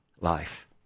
life